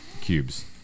Cubes